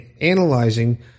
analyzing